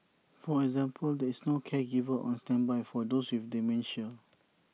for example there is no caregiver on standby for those with dementia